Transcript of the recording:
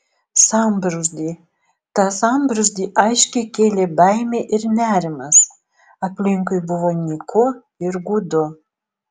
sambrūzdį tą sambrūzdį aiškiai kėlė baimė ir nerimas aplinkui buvo nyku ir gūdu